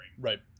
Right